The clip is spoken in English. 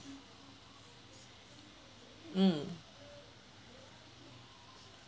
mm